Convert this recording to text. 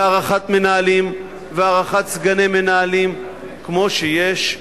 והערכת מנהלים והערכת סגני מנהלים כמו שיש.